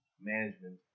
management